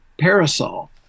parasol